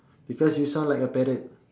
because you sound like a parrot